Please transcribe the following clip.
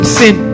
sin